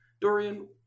Dorian